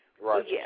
Right